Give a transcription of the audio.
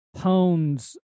pounds